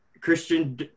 Christian